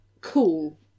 cool